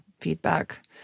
feedback